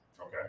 okay